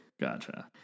Gotcha